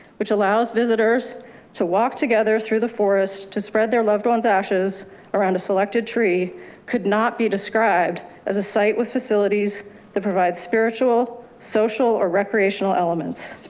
which allows visitors to walk together through the forest to spread their loved one's ashes around a selected tree could not be described as a site with facilities that provide spiritual social or recreational elements.